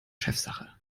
chefsache